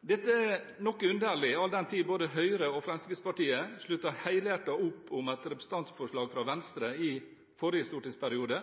Dette er noe underlig, all den tid både Høyre og Fremskrittspartiet sluttet helhjertet opp om et representantforslag fra Venstre i forrige stortingsperiode,